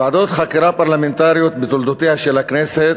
ועדות חקירה פרלמנטריות בתולדותיה של הכנסת